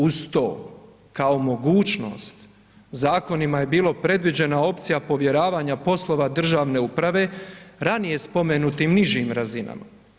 Uz to, kao mogućnost zakonima je bilo predviđena opcija povjeravanja poslova državne uprave ranije spomenutim nižim razinama.